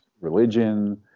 religion